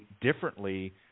differently